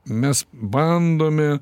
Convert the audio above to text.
mes bandome